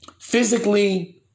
physically